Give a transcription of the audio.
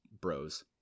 bros